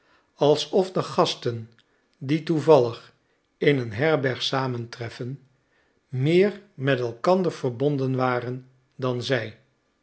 alsof de gasten die toevallig in een herberg samentreffen meer met elkander verbonden waren dan zij